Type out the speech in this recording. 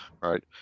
right